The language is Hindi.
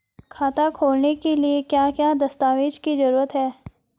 खाता खोलने के लिए क्या क्या दस्तावेज़ की जरूरत है?